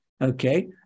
okay